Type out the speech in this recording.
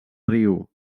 riu